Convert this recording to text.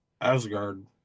Asgard